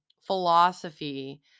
philosophy